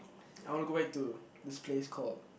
I want to go back to this place called